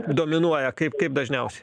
dominuoja kaip kaip dažniausiai